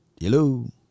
Hello